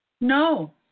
No